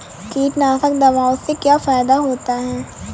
कीटनाशक दवाओं से क्या फायदा होता है?